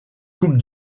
coupe